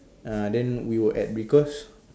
uh then we were at because